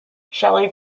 shelley